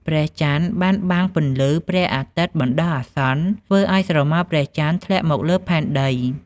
ព្រះចន្ទបានបាំងពន្លឺព្រះអាទិត្យបណ្ដោះអាសន្ន ធ្វើឲ្យស្រមោលព្រះចន្ទធ្លាក់មកលើផ្ទៃផែនដី ។